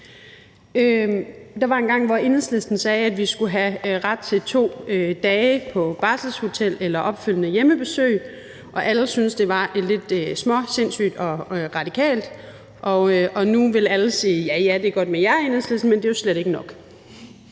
Der var engang, hvor Enhedslisten sagde, at vi skulle have ret til 2 dage på barselshotel eller opfølgende hjemmebesøg, og alle syntes, det var et lidt småsindssygt og radikalt forslag, og nu ville alle sige: Ja, ja, det er godt med jer i Enhedslisten, men det er jo slet ikke nok.